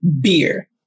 beer